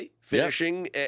finishing